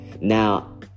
Now